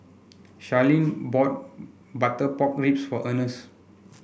Sharlene bought Butter Pork Ribs for Earnest